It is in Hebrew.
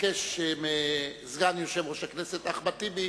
ומבקש מסגן יושב-ראש הכנסת, אחמד טיבי,